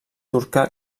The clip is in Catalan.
turca